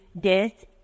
Death